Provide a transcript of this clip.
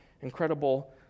incredible